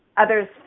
Others